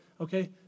okay